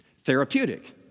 Therapeutic